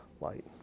light